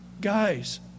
guys